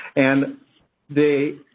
and they.